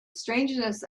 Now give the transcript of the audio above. strangeness